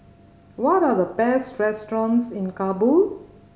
what are the best restaurants in Kabul